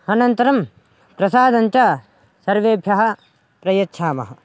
अनन्तरं प्रसादं च सर्वेभ्यः प्रयच्छामः